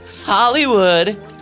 Hollywood